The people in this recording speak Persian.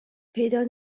پیدا